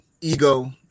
ego